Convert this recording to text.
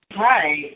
Right